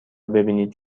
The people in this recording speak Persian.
ببینید